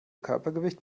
körpergewicht